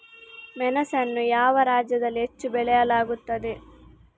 ಮೆಣಸನ್ನು ಯಾವ ರಾಜ್ಯದಲ್ಲಿ ಹೆಚ್ಚು ಬೆಳೆಯಲಾಗುತ್ತದೆ?